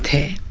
ah a